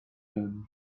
done